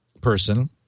person